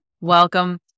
Welcome